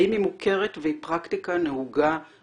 האם היא מוכרת והיא פרקטיקה נהוגה בקרב